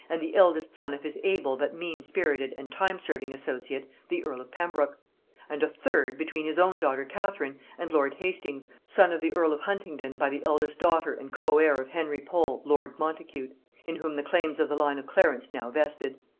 and the eldest son of his able but mean-spirited and time-serving associate, the earl of pembroke and a third between his own daughter catherine and lord hastings, son of the earl of huntingdon by the eldest daughter and co-heir of henry pole lord montacute in whom the claims of the line of clarence now vested.